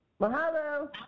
Mahalo